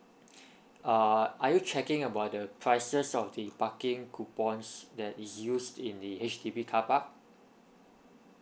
uh are you checking about the prices of the parking coupons that is used in the H_D_B carpark